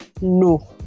no